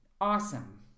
Awesome